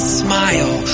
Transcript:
smile